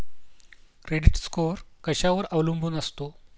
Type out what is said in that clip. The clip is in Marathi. क्रेडिट स्कोअर कशावर अवलंबून असतो?